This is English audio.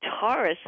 Taurus